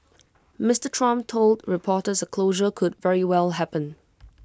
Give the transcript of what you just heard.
Mister Trump told reporters A closure could very well happen